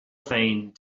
féin